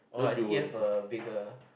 oh I tear for a bigger